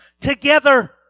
together